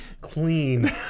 clean